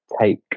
take